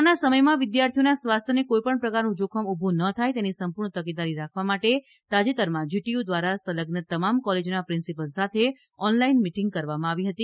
કોરોનાના સમયમાં વિદ્યાર્થીઓના સ્વાસ્થ્યને કોઈ પણ પ્રકારનું જોખમ ઊભું ના થાય તેની સંપૂર્ણ તકેદારી રાખવા માટે તાજેતરમાં જીટીયુ દ્વારા સંલઝ્ન તમામ કોલેજના પ્રિન્સિપાલ સાથે ઓનલાઇન મીટીંગ કરવામાં આવી હતી